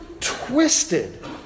twisted